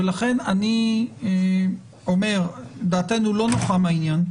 לכן אני אומר, דעתנו לא נוחה מהעניין,